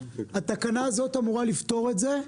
התקנה הזאת אמורה לפתור את זה.